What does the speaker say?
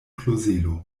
klozelo